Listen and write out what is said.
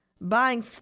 buying